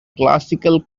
classical